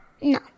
No